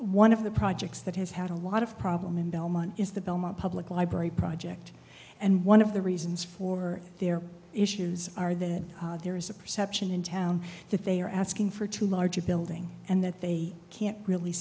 one of the projects that has had a lot of problem in belmont is the belmont public library project and one of the reasons for their issues are that there is a perception in town that they are asking for too large a building and that they can't really